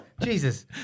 Jesus